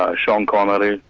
ah sean connery,